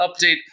update